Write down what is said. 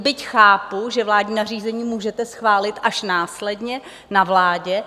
Byť chápu, že vládní nařízení můžete schválit až následně na vládě.